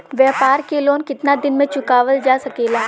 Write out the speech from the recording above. व्यापार के लोन कितना दिन मे चुकावल जा सकेला?